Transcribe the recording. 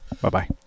Bye-bye